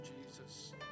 Jesus